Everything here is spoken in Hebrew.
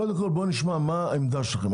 קודם כל בוא נשמע מה העמדה שלכם,